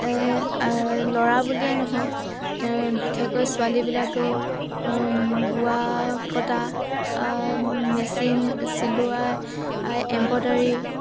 ল'ৰা বুলিয়ে নহয় বিশেষকৈ ছোৱালীবিলাকেও বোৱা কটা মেচিন চিলোৱা এম্ব্ৰইডাৰী